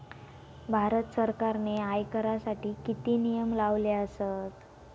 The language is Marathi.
भारत सरकारने आयकरासाठी किती नियम लावले आसत?